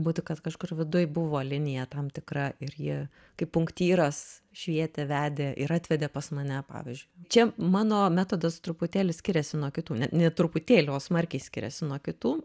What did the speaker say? būti kad kažkur viduj buvo linija tam tikra ir ji kaip punktyras švietė vedė ir atvedė pas mane pavyzdžiui čia mano metodas truputėlį skiriasi nuo kitų ne truputėlį o smarkiai skiriasi nuo kitų